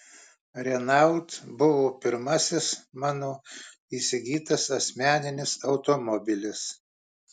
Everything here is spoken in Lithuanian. renault buvo pirmasis mano įsigytas asmeninis automobilis